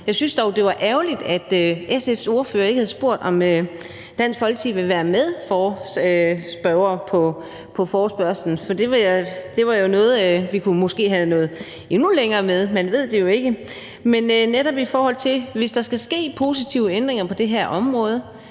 Jeg synes dog, det er ærgerligt, at SF's ordfører ikke har spurgt, om Dansk Folkeparti ville være medspørger på forespørgslen, for det var jo noget, hvor vi måske kunne være nået endnu længere – det ved man jo ikke. Men hvis der skal ske positive ændringer på det her område,